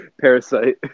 Parasite